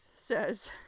says